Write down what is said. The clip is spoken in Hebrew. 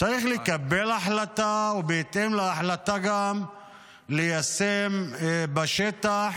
צריך לקבל החלטה, ובהתאם להחלטה גם ליישם בשטח